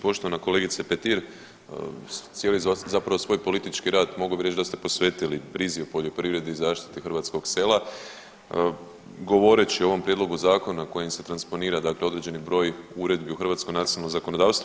Poštovana kolegice Petir, cijeli zapravo svoj politički rad mogao bi reć da ste posvetili krizi u poljoprivredi i zaštiti hrvatskog sela govoreći o ovom prijedlogu zakona kojim se transponira dakle određeni broj uredbi u hrvatsko nacionalno zakonodavstvo.